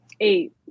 Eight